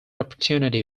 opportunity